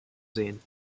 sehen